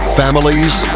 families